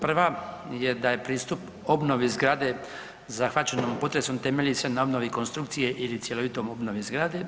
Prva je da je pristup obnovi zgrade zahvaćenom potresom temelji se na obnovi konstrukcije ili cjelovitoj obnovi zgrade.